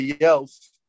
else